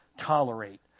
tolerate